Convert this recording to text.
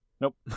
nope